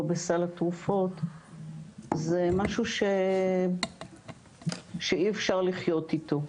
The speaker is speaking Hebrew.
בסל התרופות זה משהו שאי אפשר לחיות איתו.